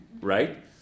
right